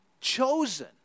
chosen